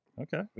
Okay